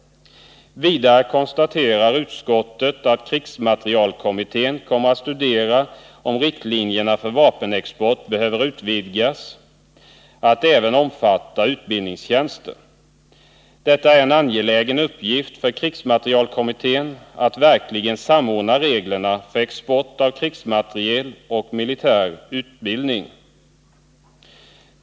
Vidare konstaterar utskottet att krigsmaterielkommittén kommer att studera om riktlinjerna för vapenexport behöver utvidgas till att även omfatta utbildningstjänster. Det är en angelägen uppgift för krigsmaterielkommittén att verkligen samordna reglerna för export av krigsmateriel och militär utbildning.